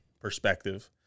perspective